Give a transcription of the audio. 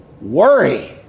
worry